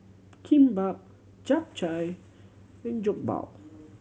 Kimbap Japchae and Jokbal